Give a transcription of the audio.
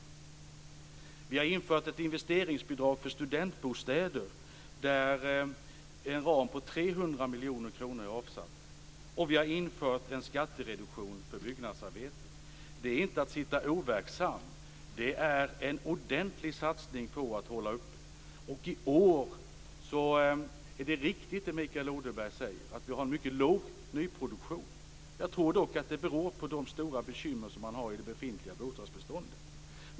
Vi har infört ett investeringsbidrag för studentbostäder, där en ram på 300 miljoner kronor är avsatt, och vi har infört en skattereduktion för byggnadsarbete. Det är inte att sitta overksam. Det är en ordentlig satsning. Det är, som Mikael Odenberg säger, riktigt att vi i år har en mycket låg nyproduktion. Jag tror dock att det beror på de stora bekymmer som finns inom det befintliga bostadsbeståndet.